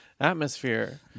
atmosphere